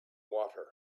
water